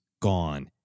gone